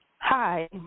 Hi